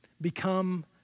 become